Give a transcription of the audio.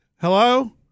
hello